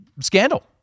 Scandal